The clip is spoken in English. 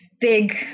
big